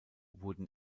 wurden